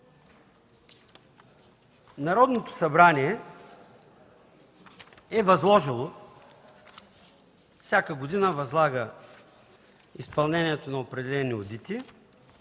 Народното събрание е възложило – то всяка година възлага изпълнението на определени одити